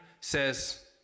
says